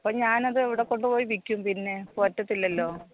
അപ്പം ഞാനതെവിടെ കൊണ്ട്പോയി വിൽക്കും പിന്നെ പറ്റത്തില്ലല്ലോ